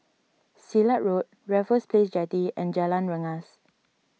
Silat Road Raffles Place Jetty and Jalan Rengas